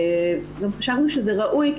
חשבנו שזה ראוי,